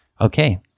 Okay